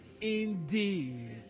indeed